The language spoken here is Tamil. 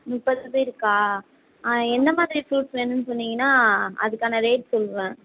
முப்பது பேருக்கா ஆ என்ன மாதிரி ஃப்ரூட்ஸ் வேணும்ன்னு சொன்னிங்கன்னால் அதுக்கான ரேட் சொல்லுவேன்